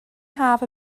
haf